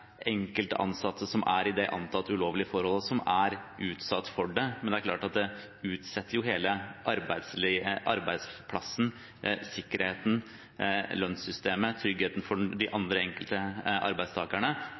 som er i det antatt ulovlige forholdet, som er utsatt for det. Men det er klart at det utsetter jo hele arbeidsplassen, sikkerheten, lønnssystemet, tryggheten for de andre enkelte arbeidstakerne